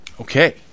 Okay